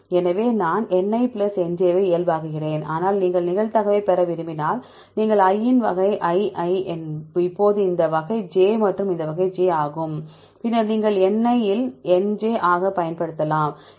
எனவே நான் Ni plus Nj ஐ இயல்பாக்குகிறேன் ஆனால் நீங்கள் நிகழ்தகவைப் பெற விரும்பினால் உங்கள் i இன் வகை I i இப்போது இது வகை j மற்றும் இந்த வகை j ஆகும் பின்னர் நீங்கள் Ni இல் Nj ஆக பயன்படுத்தலாம்